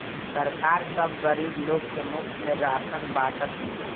सरकार सब गरीब लोग के मुफ्त में राशन बांटत बिया